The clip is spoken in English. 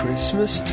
Christmas